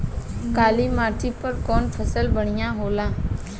काली माटी पर कउन फसल बढ़िया होला?